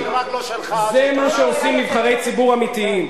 זה מה שעושים נבחרי ציבור אמיתיים.